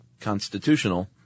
constitutional